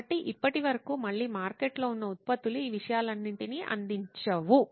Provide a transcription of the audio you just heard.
కాబట్టి ఇప్పటి వరకు మళ్ళీ మార్కెట్లో ఉన్న ఉత్పత్తులు ఈ విషయాలన్నింటినీ అందించవు